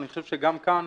אני חושב שגם כאן,